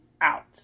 out